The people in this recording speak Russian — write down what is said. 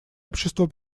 общество